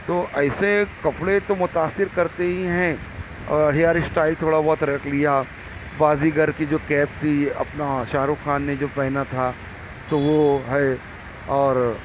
تو ایسے کپڑے تو متأثر کرتے ہی ہیں اور ہیئر اسٹائل تھوڑا بہت رکھ لیا بازیگر کی جو کیپ تھی اپنا شاہ رخ خان نے جو پہنا تھا تو وہ ہے اور